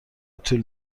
طول